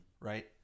Right